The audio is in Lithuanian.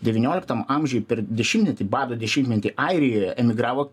devynioliktam amžiui per dešimtmetį bado dešimtmetį airijoje emigravo